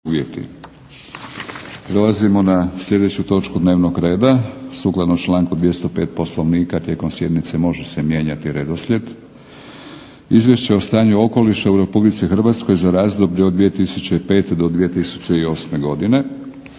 Prelazimo na sljedeću točku dnevnog reda. Sukladno članku 205. Poslovnika tijekom sjednice može se mijenjati redoslijed. - Izvješće o stanju okoliša u Republici Hrvatskoj za razdoblje od 2005. do 2008. godine,